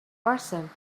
person